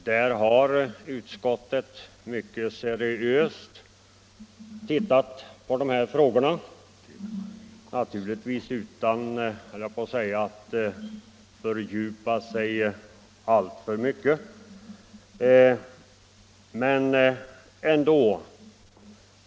Där har utskottet mycket seriöst undersökt dessa frågor, naturligtvis utan att alltför ingående fördjupa sig i dem.